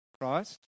Christ